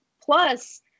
plus